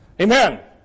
Amen